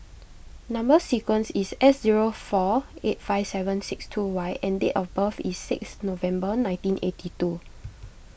Number Sequence is S zero four eight five seven six two Y and date of birth is six November nineteen eighty two